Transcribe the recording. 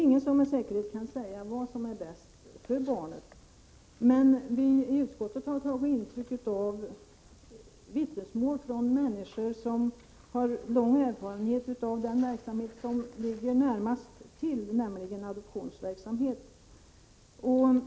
Ingen kan med säkerhet säga vad som är bäst för barnet, men vi i utskottet har tagit intryck av vittnesmål från människor som har lång erfarenhet av den verksamhet som ligger närmast till, nämligen adoptioner.